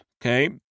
Okay